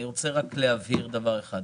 אני רוצה רק להבהיר דבר אחד.